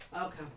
Okay